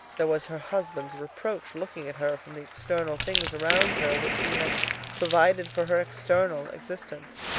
there was her husband's reproach looking at her from the external things around her which he had provided for her external existence.